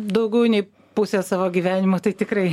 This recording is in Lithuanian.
daugiau nei pusė savo gyvenimo tai tikrai